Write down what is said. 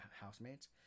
housemates